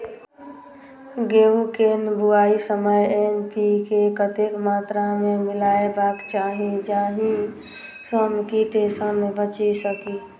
गेंहूँ केँ बुआई समय एन.पी.के कतेक मात्रा मे मिलायबाक चाहि जाहि सँ कीट सँ बचि सकी?